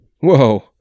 Whoa